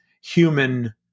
human